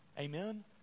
Amen